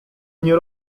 nie